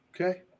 okay